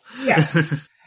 Yes